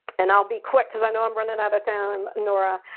and i'll be quick, because i know i'm running out of time, nora.